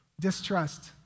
Distrust